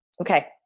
Okay